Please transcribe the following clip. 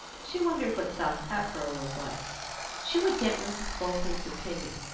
she wondered what south hatboro' was like she would get mrs. bolton's opinion,